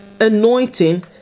anointing